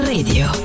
Radio